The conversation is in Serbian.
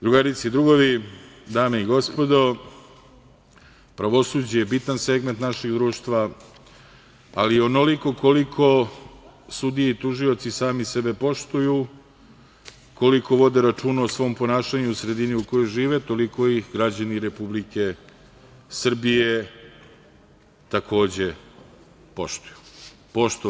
Drugarice i drugovi, dame i gospodo, pravosuđe je bitan segment našeg društva, ali onoliko koliko sudije i tužioci sami sebe poštuju, koliko vode računa o svom ponašanju u sredini u kojoj žive, toliko ih građani Republike Srbije takođe poštuju.